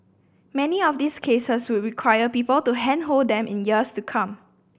many of these cases would require people to handhold them in years to come